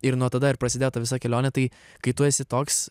ir nuo tada ir prasidėjo ta visa kelionė tai kai tu esi toks